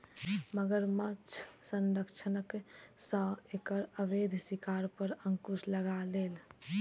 मगरमच्छ संरक्षणक सं एकर अवैध शिकार पर अंकुश लागलैए